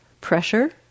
pressure